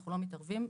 אנחנו לא מתערבים בזה.